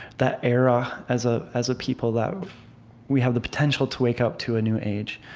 that era, as ah as a people, that we have the potential to wake up to a new age.